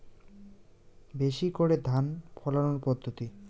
বেশি করে ধান ফলানোর পদ্ধতি?